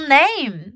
name